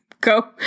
go